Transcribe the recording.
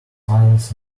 files